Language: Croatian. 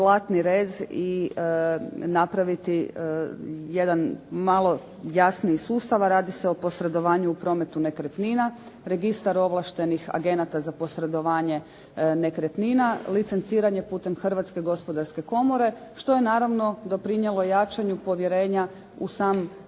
Hrvatske gospodarske komore,